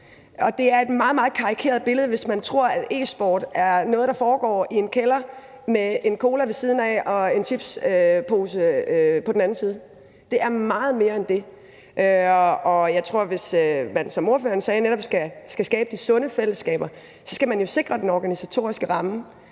meget karikeret billede, hvis man tror, at e-sport er noget, der foregår i en kælder med en cola ved siden af og en pose med chips på den anden side. Det er meget mere end det. Og jeg tror, at hvis man, som ordføreren sagde, netop skal skabe de sunde fællesskaber, så skal man jo sikre den organisatoriske ramme,